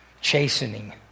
chastening